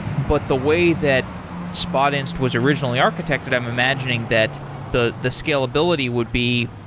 but the way that spotinst was originally architected, i'm imagining that the the scalability would be,